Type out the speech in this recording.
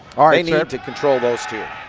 ah need yeah to control those two.